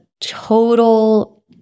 total